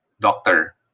doctor